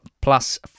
plus